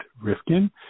rifkin